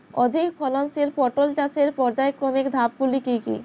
অধিক ফলনশীল পটল চাষের পর্যায়ক্রমিক ধাপগুলি কি কি?